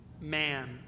man